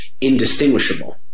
indistinguishable